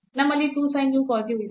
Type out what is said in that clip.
ನಮ್ಮಲ್ಲಿ 2 sin u cos u ಇದೆ